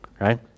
Right